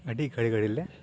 ᱟᱹᱰᱤ ᱜᱷᱟᱹᱲᱤ ᱜᱷᱟᱲᱤ ᱞᱮ